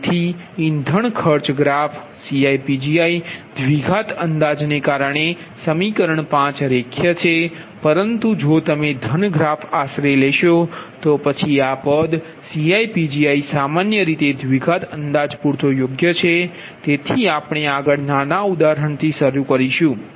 તેથી ઇંધણ ખર્ચ ગ્રાફ CiPgi દ્વિઘાત અંદાજને કારણે સમીકરણ 5 રેખીય છે પરંતુ જો તમે ઘન ગ્રાફ આશરે લેશો તો પછી આ પદ CiPgi સામાન્ય રીતે દ્વિઘાત અંદાજ પૂરતો યોગ્ય છે તેથી આપણે આગળ નાના ઉદાહરણથી શરૂ કરીશુ